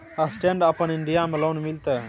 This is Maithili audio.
स्टैंड अपन इन्डिया में लोन मिलते?